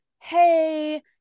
hey